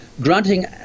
granting